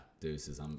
deuces